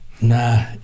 Nah